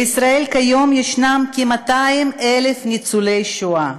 בישראל יש היום כ-200,000 ניצולי שואה.